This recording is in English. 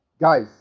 guys